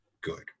good